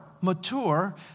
mature